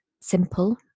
simple